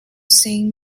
sing